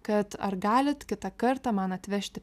kad ar galit kitą kartą man atvežti